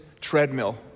treadmill